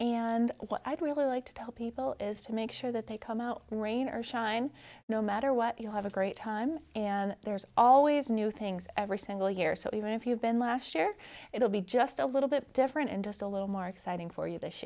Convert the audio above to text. what i'd really like to tell people is to make sure that they come out rain or shine no matter what you have a great time and there's always new things every single year so even if you've been last year it'll be just a little bit different and just a little more exciting for you this